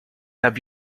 have